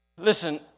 Listen